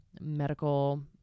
medical